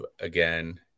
again